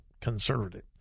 conservative